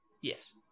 Yes